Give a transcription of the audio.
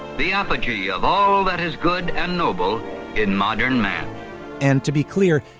the apogee of all that is good and noble in modern man and to be clear,